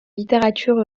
littérature